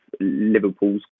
Liverpool's